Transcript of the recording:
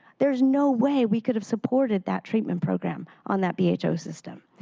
there is no way we could have supported that treatment program on that bho bho system,